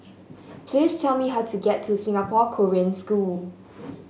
please tell me how to get to Singapore Korean School